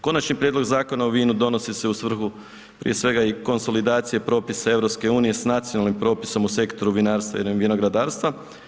Konačni prijedlog Zakona o vinu donosi se u svrhu prije svega i konsolidacije propisa EU s nacionalnim propisom u sektoru vinarstva i vinogradarstva.